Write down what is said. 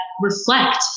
reflect